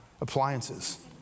appliances